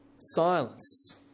silence